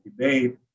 debate